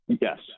Yes